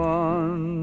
one